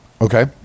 Okay